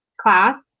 class